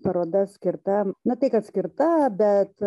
paroda skirta ne tai kad skirta bet